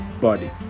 body